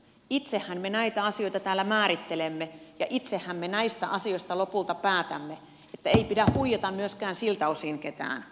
itsehän me näitä asioita täällä määrittelemme ja itsehän me näistä asioista lopulta päätämme niin että ei pidä huijata myöskään siltä osin ketään